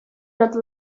not